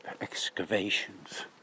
excavations